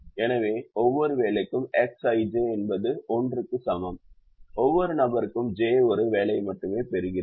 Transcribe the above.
எனவே ஒவ்வொரு வேலைக்கும் Xij என்பது 1 க்கு சமம் ஒவ்வொரு நபருக்கும் j ஒரு வேலையை மட்டுமே பெறுகிறது